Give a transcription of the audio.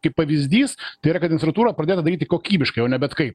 kaip pavyzdys tai yra kad infrastruktūra pradėta daryti kokybiškai o ne bet kaip